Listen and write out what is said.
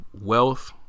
wealth